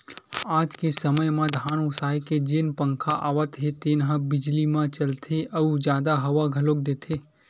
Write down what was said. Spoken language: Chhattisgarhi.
आज के समे म धान ओसाए के जेन पंखा आवत हे तेन ह बिजली म चलथे अउ जादा हवा घलोक देथे